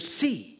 see